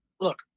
look